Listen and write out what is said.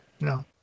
No